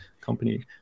company